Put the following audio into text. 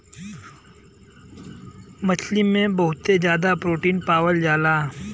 पशु रेसा में जादा मात्रा में प्रोटीन भी पावल जाला